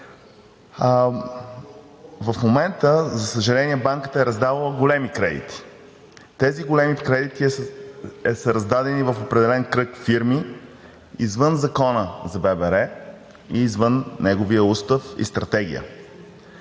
В момента, за съжаление, банката е раздавала големи кредити. Тези големи кредити са раздадени в определен кръг фирми, извън Закона за ББР и извън неговия устав и стратегия.